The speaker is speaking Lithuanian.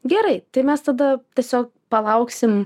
gerai tai mes tada tiesiog palauksim